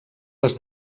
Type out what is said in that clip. les